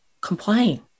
complain